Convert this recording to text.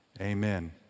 Amen